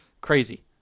Crazy